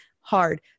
hard